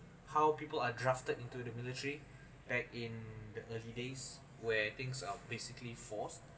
how people are drafted into the military back in the early days where things are basically force